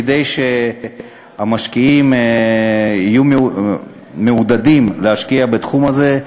כדי שהמשקיעים יהיו מעודדים להשקיע בתחום הזה,